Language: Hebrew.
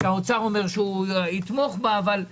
קח אותה כמות ותפזר אותה על השנה אחרי